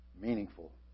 meaningful